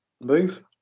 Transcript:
move